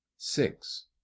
six